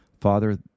Father